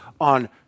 on